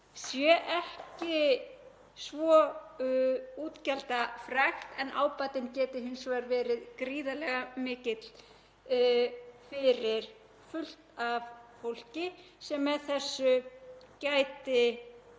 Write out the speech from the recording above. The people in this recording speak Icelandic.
sé ekki svo útgjaldafrekt, en ábatinn geti hins vegar verið gríðarlega mikill fyrir fullt af fólki sem með þessu gæti